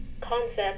concept